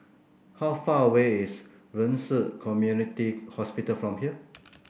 how far away is Ren Ci Community Hospital from here